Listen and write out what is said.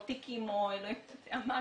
או תיקים או אלוהים יודע מה.